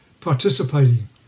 participating